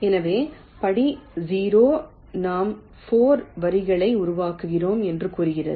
எனவே படி 0 நாம் 4 வரிகளை உருவாக்குகிறோம் என்று கூறுகிறது